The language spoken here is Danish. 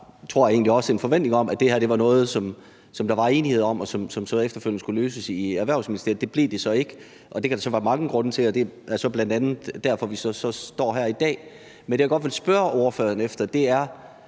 om, at det her var noget, som der var enighed om, og som så efterfølgende skulle løses i Erhvervsministeriet? Det blev det så ikke, og det kan der være mange grunde til, og det er bl.a. derfor, vi står her i dag. Men det, jeg godt vil spørge ordføreren om, er: